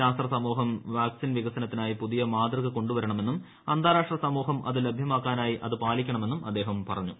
ശാസ്ത്ര സമൂഹം വാക്സിൻ വികസനത്തിനായി പുതിയ മാതൃക കൊണ്ടുവരണമെന്നും അന്താരാഷ്ട്ര സമൂഹം അത് ലഭ്യമാക്കാനായി അത് പാലിക്കണമെന്നും അദ്ദേഹം പറഞ്ഞു